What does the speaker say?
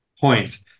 point